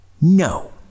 no